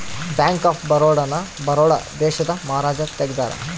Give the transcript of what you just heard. bank of Baroda ನ ಬರೋಡ ದೇಶದ ಮಹಾರಾಜ ತೆಗ್ದಾರ